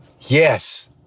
Yes